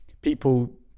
people